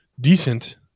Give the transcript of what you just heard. decent